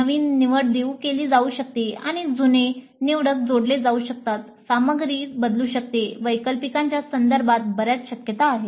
नवीन निवड देऊ केली जाऊ शकते आणि जुने निवडक सोडले जाऊ शकतात सामग्री बदलू शकते वैकल्पिकच्या संदर्भात बर्याच शक्यता आहेत